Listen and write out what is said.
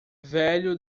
velho